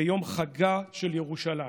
ביום חגה של ירושלים.